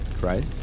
right